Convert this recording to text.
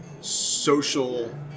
social